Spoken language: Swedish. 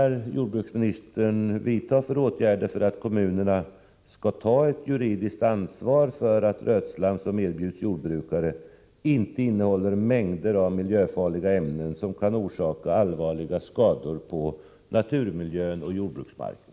Jag vill, herr talman, sluta med att återigen ställa de här frågorna till jordbruksministern: